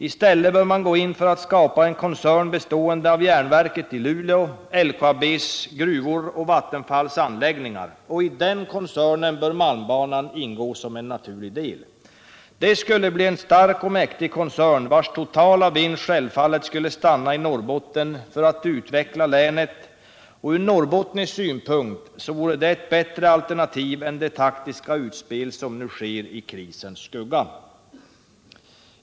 I stället bör man gå in för att skapa en koncern bestående av järnverket i Luleå, LKAB:s gruvor och Vattenfalls anläggningar. I den koncernen bör malmbanan ingå som en naturlig del. Det skulle bli en stark och mäktig koncern, vars totala vinst självfallet skulle stanna i Norrbotten för att utveckla länet. Ur norrbottnisk synpunkt vore det ett bättre alternativ än de taktiska utspel som nu sker i krisens skugga.